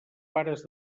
pares